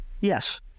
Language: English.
Yes